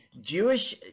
Jewish